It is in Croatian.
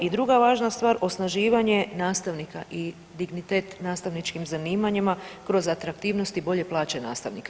I druga važna stvar osnaživanje nastavnika i dignitet nastavničkim zanimanjima kroz atraktivnosti, bolje plaće nastavnika.